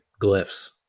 glyphs